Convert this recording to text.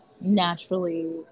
naturally